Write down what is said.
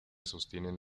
sostienen